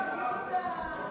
הכנסת דב חנין.